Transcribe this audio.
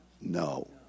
no